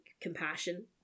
compassion